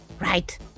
Right